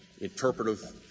interpretive